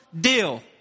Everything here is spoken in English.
deal